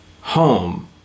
home